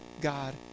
God